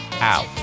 out